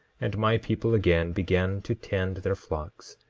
and my people again began to tend their flocks,